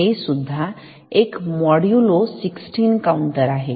हे सुद्धा एक मॉड्यूलो 16 काऊंटर आहे